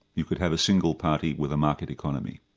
you could have a single party with a market economy.